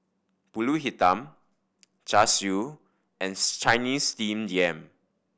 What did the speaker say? Pulut Hitam Char Siu and Chinese Steamed Yam